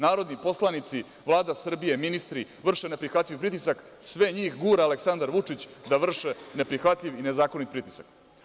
Narodni poslanici, Vlada Srbije, ministri vrše neprihvatljiv pritisak, sve njih gura Aleksandar Vučić da vrše neprihvatljiv i nezakonit pritisak.